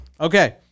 okay